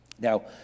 Now